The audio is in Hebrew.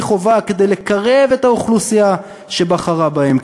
חובה כדי לקרב את האוכלוסייה שבחרה בהם,